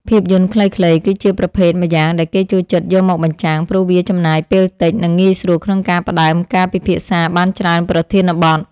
ភាពយន្តខ្លីៗ គឺជាប្រភេទម្យ៉ាងដែលគេចូលចិត្តយកមកបញ្ចាំង ព្រោះវាចំណាយពេលតិច និងងាយស្រួលក្នុងការផ្ដើមការពិភាក្សាបានច្រើនប្រធានបទ។